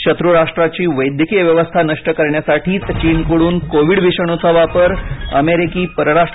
शत्रू राष्ट्राची वैद्यकीय व्यवस्था नष्ट करण्यासाठीच चीनकडून कोविड विषाणूचा वापर अमेरिकी परराष्ट्र